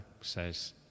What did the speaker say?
says